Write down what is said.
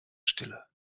stille